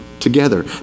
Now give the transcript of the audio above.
together